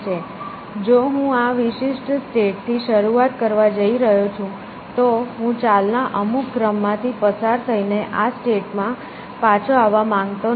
જો હું આ વિશિષ્ટ સ્ટેટ થી શરૂઆત કરવા જઈ રહ્યો છું તો હું ચાલના અમુક ક્રમમાંથી પસાર થઈને આ સ્ટેટ માં પાછો આવવા માંગતો નથી